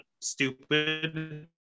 stupid